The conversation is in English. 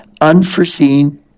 unforeseen